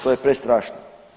To je prestrašno.